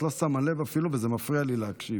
את אפילו לא שמה לב, וזה מפריע לי להקשיב.